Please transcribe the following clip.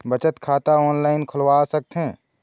बचत खाता ऑनलाइन खोलवा सकथें?